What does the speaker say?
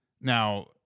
Now